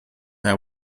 they